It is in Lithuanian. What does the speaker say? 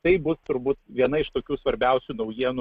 tai bus turbūt viena iš tokių svarbiausių naujienų